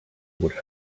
would